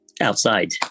outside